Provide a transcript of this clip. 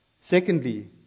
Secondly